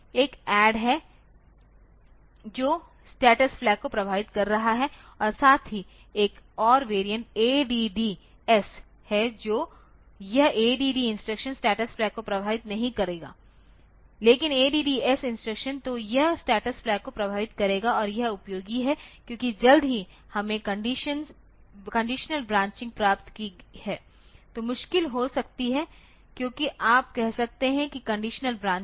एक add है जो स्टेटस फ्लैग को प्रभावित कर रहा है और साथ ही एक और वेरिएंट ADD S है तो यह ADD इंस्ट्रक्शन स्टेटस फ्लैग को प्रभावित नहीं करेगा लेकिन ADD S इंस्ट्रक्शन तो यह स्टेटस फ्लैग को प्रभावित करेगा और यह उपयोगी है क्योंकि जल्द ही हमे कंडीशनल ब्रांचिंग प्राप्त की है तो मुश्किल हो सकती है क्योंकि आप कह सकते हैं कि कंडीशनल ब्रांचिंग